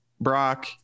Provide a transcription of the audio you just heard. Brock